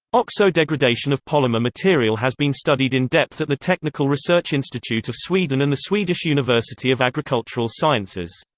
oxo-degradation of polymer material has been studied in depth at the technical research institute of sweden and the swedish university of agricultural sciences.